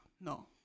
No